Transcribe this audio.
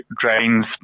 drains